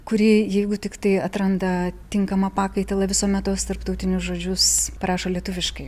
kuri jeigu tiktai atranda tinkamą pakaitalą visuomet tuos tarptautinius žodžius parašo lietuviškai